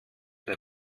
der